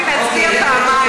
רציתי להצביע פעמיים.